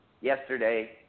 yesterday